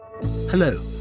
Hello